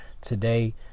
today